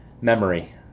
memory